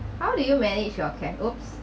how did you manage your cap~ !oops!